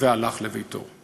והלך לביתו.